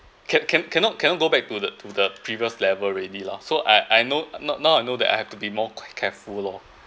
can can cannot cannot go back to the to the previous level already lah so I I know not now I know that I have to be more careful lor